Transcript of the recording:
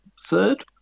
third